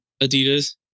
Adidas